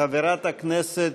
חברי הכנסת,